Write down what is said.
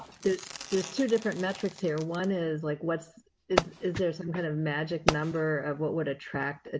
there's, there's two different metrics here. one is like, what's is is there some kind of magic number of what would attract a.